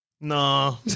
No